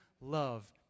love